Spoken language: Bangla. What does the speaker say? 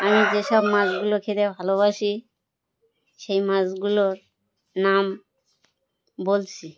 আমি যেসব মাছগুলো খেতে ভালোবাসি সেই মাছগুলোর নাম বলছি